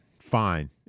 Fine